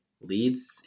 leads